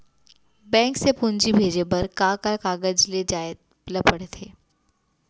Bank से पूंजी भेजे बर का का कागज ले जाये ल पड़थे?